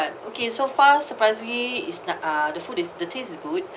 okay so far surprisingly is uh the food the taste is good